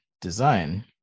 design